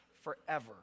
forever